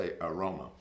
aroma